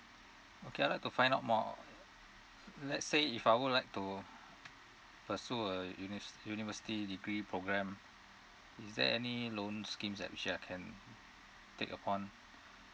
okay I'd like to find out more let's say if I would like to pursue a uni~ university degree program is there any loan schemes at which I can take upon